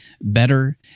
better